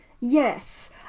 yes